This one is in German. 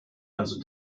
also